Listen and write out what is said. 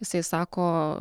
jisai sako